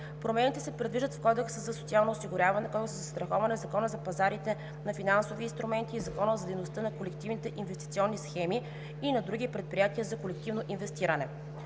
Промени се предвиждат в Кодекса за социално осигуряване, Кодекса за застраховането, Закона за пазарите на финансови инструменти и Закона за дейността на колективните инвестиционни схеми и на други предприятия за колективно инвестиране.